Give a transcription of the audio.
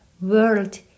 world